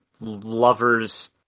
lovers